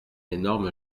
énorme